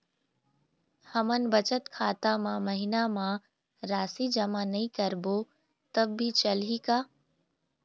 हमन बचत खाता मा महीना मा राशि जमा नई करबो तब भी चलही का?